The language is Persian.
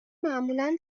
معمولا